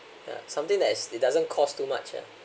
ya something that is it doesn't cost too much ah